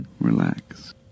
Relax